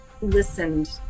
listened